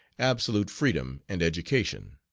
absolute freedom and education.